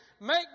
make